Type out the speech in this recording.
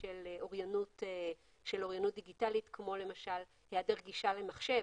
של אוריינות דיגיטלית כמו למשל היעדר גישה למחשב